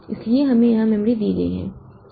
इसलिए इसे यहां मेमोरी दी गई है